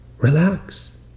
relax